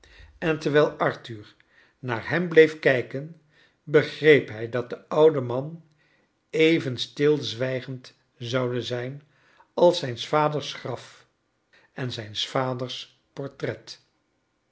en terwijl arthur naar hem bleef kijken begreep hij dat do oude man even stilzwijgand zoudo zijn als zijns vaders graf en zijns vaders